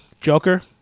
Joker